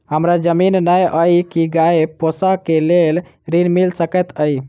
हमरा जमीन नै अई की गाय पोसअ केँ लेल ऋण मिल सकैत अई?